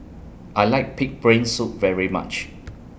I like Pig'S Brain Soup very much